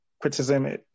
criticism